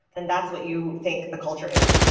and that's what you think the culture is.